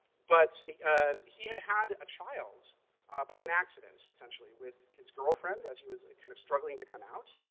but he had had a child by an accident essentially with his girlfriend as he was kind of struggling to come out,